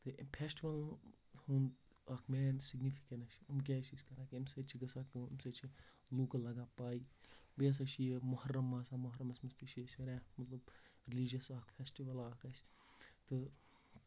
تہٕ فیسٹولن ہُند اکھ مین سَِگنِفِکیٚنٕس چھِ أمۍ کیازِ چھِ أسۍ کران اَمہِ سۭتۍ چھےٚ گژھان کٲم اَمہِ سۭتۍ چھِ لُکن لگان پَاے بیٚیہِ ہسا چھُ یہِ محرم آسان محرَمس منٛز تہِ چھِ أسۍ واریاہ مطلب ریلِجیس اکھ فیسٹِول اکھ اسہِ تہٕ